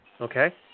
Okay